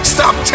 Stop